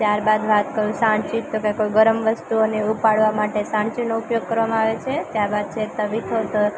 ત્યારબાદ વાત કરું સાણસી તોકે કોઈ ગરમ વસ્તુઓને ઉપાડવા માટે સાણસીનો ઉપયોગ કરવામાં આવે છે ત્યારબાદ છે તવીથો તો